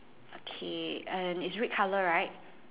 okay and it's red color right